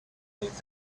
beneath